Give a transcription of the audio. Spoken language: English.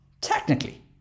technically